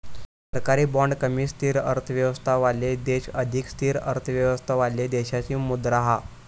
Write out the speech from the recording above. सरकारी बाँड कमी स्थिर अर्थव्यवस्थावाले देश अधिक स्थिर अर्थव्यवस्थावाले देशाची मुद्रा हा